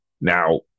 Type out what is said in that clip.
Now